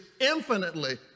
infinitely